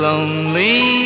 Lonely